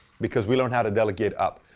because we learned how to delegate up.